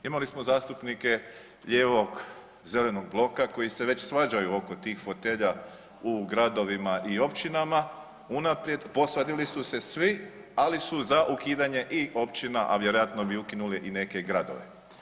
Imali smo zastupnike lijevog zelenog bloka koji se već svađaju oko tih fotelja u gradovima i općinama unaprijed, posvadili su se svi, ali su za ukidanje i općina, a vjerojatno bi ukinuli i neke gradove.